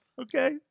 Okay